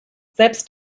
selbst